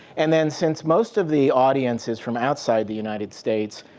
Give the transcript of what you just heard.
and then, since most of the audience is from outside the united states,